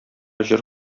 җыр